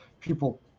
People